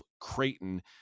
Creighton